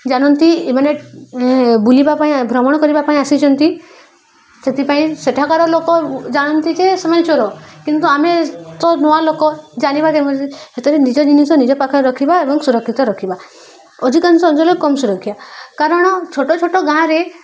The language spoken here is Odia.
ଜାଣନ୍ତି ଏମାନେ ବୁଲିବା ପାଇଁ ଭ୍ରମଣ କରିବା ପାଇଁ ଆସିଛନ୍ତି ସେଥିପାଇଁ ସେଠାକାର ଲୋକ ଜାଣନ୍ତି ଯେ ସେମାନେ ଚୋର କିନ୍ତୁ ଆମେ ତ ନୂଆ ଲୋକ ଜାଣିବା ଯେ ସେଥିପାଇଁ ନିଜ ଜିନିଷ ନିଜ ପାଖରେ ରଖିବା ଏବଂ ସୁରକ୍ଷିତ ରଖିବା ଅଧିକାଂଶ ଅଞ୍ଚଳରେ କମ ସୁରକ୍ଷା କାରଣ ଛୋଟ ଛୋଟ ଗାଁରେ